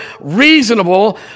reasonable